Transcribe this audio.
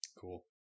Cool